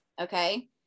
okay